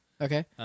Okay